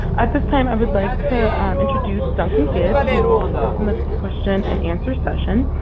at this time, i would like to introduce duncan gibb, whom will assist in the question and answer session.